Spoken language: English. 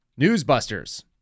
Newsbusters